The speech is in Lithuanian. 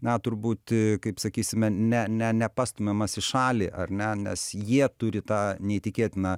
na turbūt kaip sakysime ne ne nepastumiamas į šalį ar ne nes jie turi tą neįtikėtiną